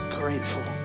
grateful